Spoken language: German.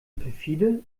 perfide